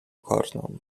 pokorną